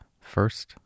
First